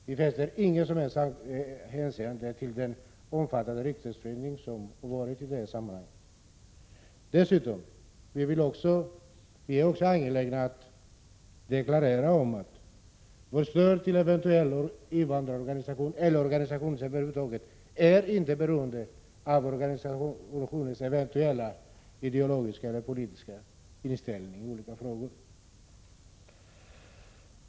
Vi fäster inget som helst avseende vid den omfattande ryktesspridning som varit. Dessutom: Vi är också angelägna om att deklarera att vårt stöd till en eventuell invandrarorganisation eller organisation över huvud taget inte är beroende av organisationens eventuella ideologiska eller politiska inställning i olika frågor.